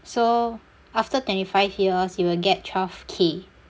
so after twenty five years you will get twelve K